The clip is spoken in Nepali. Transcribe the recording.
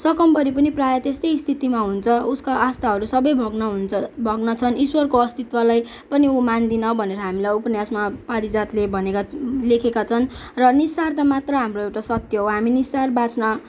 सकम्बरी पनि प्राय तेस्तै स्थितिमा हुन्छ उसको आस्थाहरू सबै भग्न हुन्छ भङ्ग छन् ईश्वरको अस्तित्वलाई पनि उ मान्दिन भनेर हामीलाई उपन्यासमा पारिजातले भनेका लेखेका छन् र निस्सारता मात्र हाम्रो एउटा सत्य हो हामी निस्सार बाँच्न